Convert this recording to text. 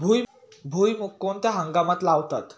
भुईमूग कोणत्या हंगामात लावतात?